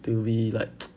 they will be like